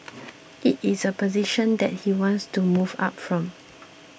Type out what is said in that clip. it is a position that he wants to move up from